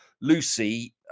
Lucy